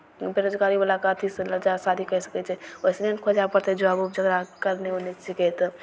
बेरोजगारीवलाके अथीसे ले जा शादी करि सकै छै ओइसने ने खोजे पड़तै जॉब उब जकरा करनी उरनी छिकै तऽ